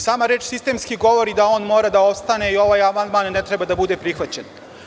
Sama reč sistemski govori da on mora da ostane i ovaj amandman ne treba da bude prihvaćen.